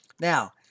Now